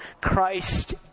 Christ